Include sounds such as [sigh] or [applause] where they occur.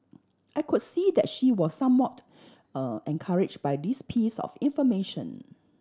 I could see that she was somewhat [hesitation] encourage by this piece of information